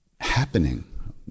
happening